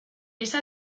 esa